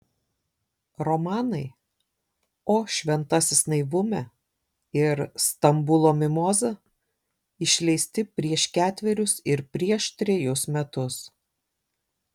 romanai o šventasis naivume ir stambulo mimoza išleisti prieš ketverius ir prieš trejus metus